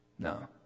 No